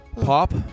Pop